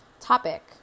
topic